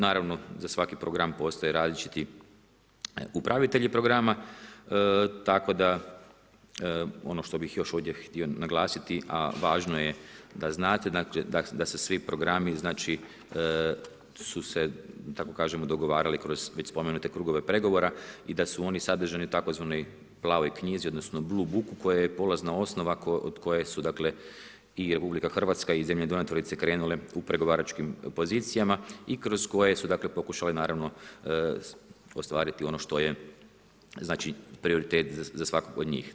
Naravno, za svaki program postoje različiti upravitelji programa, tako da ono što bih još ovdje htio naglasiti, a važno je da znate, da se svi programi znači su se da tako kažemo, dogovarali kroz već spomenute krugove pregovora i da su oni sadržani u tzv. plavoj knjizi odnosno blue book-u koja je polazna osnova od koje su dakle i RH i zemlje donatorice krenule u pregovaračkim pozicijama i kroz koje su pokušale naravano ostvariti ono što je prioritet za svakog od njih.